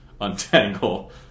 untangle